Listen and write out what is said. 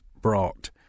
brought